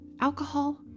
alcohol